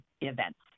Events